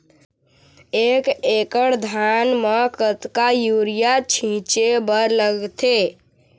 एक एकड़ धान म कतका यूरिया छींचे बर लगथे?